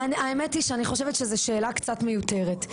האמת שאני חושבת שזאת שאלה קצת מיותרת.